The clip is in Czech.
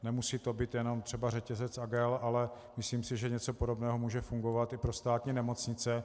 Nemusí to být jenom třeba řetězec AGEL, ale myslím si, že něco podobného může fungovat i pro státní nemocnice.